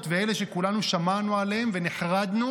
ואלה שכולנו שמענו עליהן ונחרדנו.